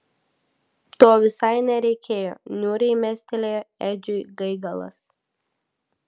to visai nereikėjo niūriai mestelėjo edžiui gaigalas